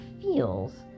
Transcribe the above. feels